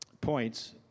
points